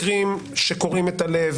מקרים שקורעים את הלב,